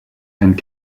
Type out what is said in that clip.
and